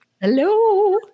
Hello